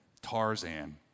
Tarzan